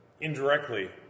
indirectly